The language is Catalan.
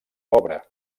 obra